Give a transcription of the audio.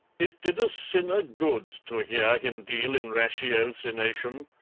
it did a sinner good to hear him deal in ratiocination.